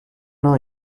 know